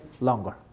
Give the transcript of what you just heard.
longer